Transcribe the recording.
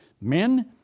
Men